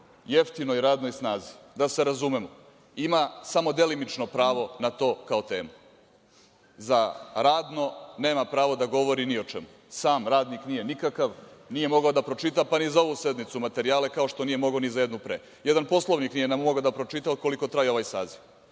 jeftinoj radnoj snazi, da se razumemo, ima samo delimično pravo na to, kao temu. Za radno, nema pravo da govori ni o čemu, sam radnik nije nikakav, nije mogao da pročita, pa ni za ovu sednicu materijale, kao što nije mogao ni za jednu pre, jedan Poslovnik nije mogao da pročita, ukoliko traje ovaj saziv.